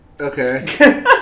Okay